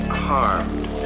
harmed